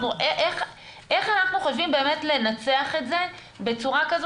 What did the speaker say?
איך אנחנו חושבים באמת לנצח את זה בצורה כזו